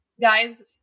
guys